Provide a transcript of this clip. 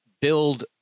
build